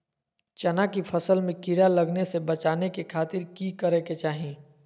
चना की फसल में कीड़ा लगने से बचाने के खातिर की करे के चाही?